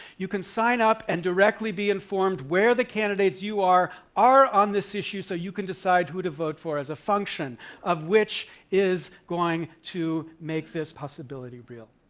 you can sign up and directly be informed where the candidates are are on this issue so you can decide who to vote for as a function of which is going to make this possibility real.